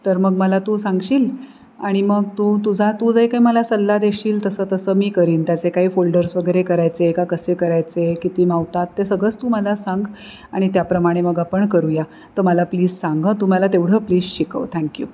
तर मग मला तू सांगशील आणि मग तू तुझा तू जे काही मला सल्ला देशील तसं तसं मी करेन त्याचे काही फोल्डर्स वगैरे करायचे का कसे करायचे किती मावतात ते सगळंच तू मला सांग आणि त्याप्रमाणे मग आपण करूया तर मला प्लीज सांग हं तुम्हाला तेवढं प्लीज शिकव थँक्यू